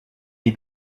est